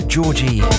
Georgie